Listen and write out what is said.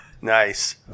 Nice